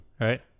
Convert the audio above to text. Right